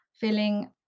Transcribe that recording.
feeling